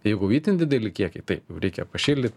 jeigu itin dideli kiekiai taip jau reikia pašildyt